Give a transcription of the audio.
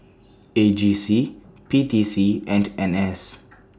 A G C P T C and N S